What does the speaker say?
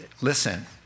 listen